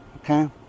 okay